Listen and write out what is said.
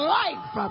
life